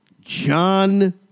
John